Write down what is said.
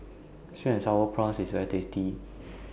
Sweet and Sour Prawns IS very tasty